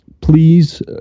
Please